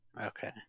Okay